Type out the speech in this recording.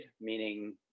meaning